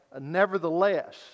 nevertheless